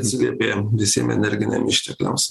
atsiliepė visiem energiniam ištekliams